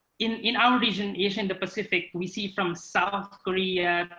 in in our region, asia and the pacific, we see from south korea,